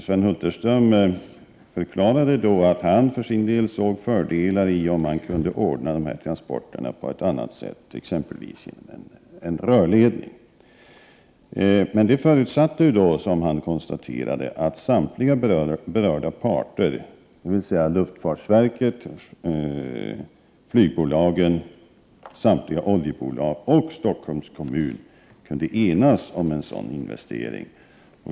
Sven Hulterström förklarade då att han för sin del såg fördelar i om man kunde ordna dessa transporter på ett annat sätt, exempelvis genom en rörledning. Men det förutsatte, som han konstaterade, att samtliga berörda parter, dvs. luftfartsverket, flygbolagen, samtliga oljebolag och Stockholms kommun, kunde enas om en sådan investering.